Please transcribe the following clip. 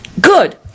Good